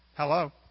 Hello